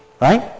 Right